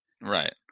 right